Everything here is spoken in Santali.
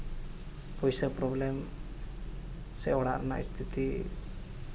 ᱯᱚᱭᱥᱟ ᱯᱨᱚᱵᱽᱞᱮᱢ ᱥᱮ ᱚᱲᱟᱜ ᱨᱮᱱᱟᱜ ᱯᱚᱨᱤᱥᱛᱷᱤᱛᱤ